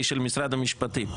היא של משרד המשפטים,